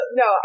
no